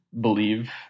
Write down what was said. believe